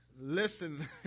Listen